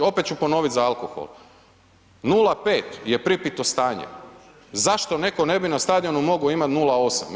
Opet ću ponovit za alkohol, 0,5 je pripito stanje, zašto netko ne bi na stadionu mogao imati 0,8.